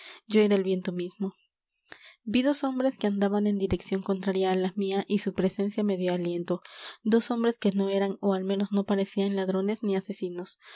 yo era el viento mismo vi dos hombres que andaban en dirección contraria a la mía y su presencia me dio aliento dos hombres que no eran o al menos no parecían ladrones ni asesinos